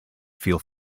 feel